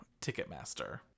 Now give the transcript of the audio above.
Ticketmaster